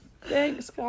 Thanks